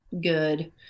good